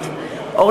נגד מיקי לוי,